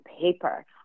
paper